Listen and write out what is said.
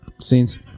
scenes